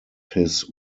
his